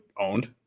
owned